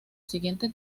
siguiente